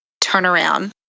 turnaround